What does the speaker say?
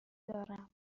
دارم